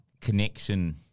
Connection